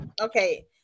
okay